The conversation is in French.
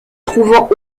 trouvant